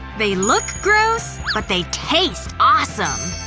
they look gross, but they taste awesome.